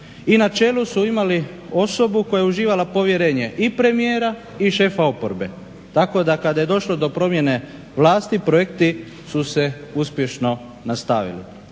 i na čelu su imali osobu koja je uživala povjerenje i premijera i šefa oporbe, tako da kada je došlo do promjene vlasti projekti su se uspješno nastavili.